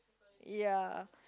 ya